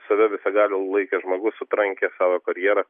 save visagaliu laikęs žmogus sutrankė savo karjerą